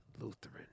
Lutheran